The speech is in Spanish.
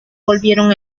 volvieron